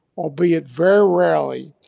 albeit very rarely,